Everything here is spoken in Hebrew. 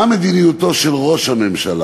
מה מדיניותו של ראש הממשלה,